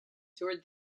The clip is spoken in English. toured